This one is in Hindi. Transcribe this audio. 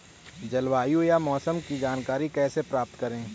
जलवायु या मौसम की जानकारी कैसे प्राप्त करें?